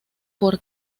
por